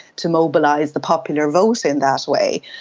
to mobilise the popular vote in that way.